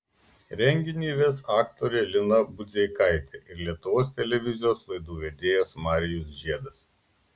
renginį ves aktorė lina budzeikaitė ir lietuvos televizijos laidų vedėjas marijus žiedas